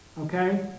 Okay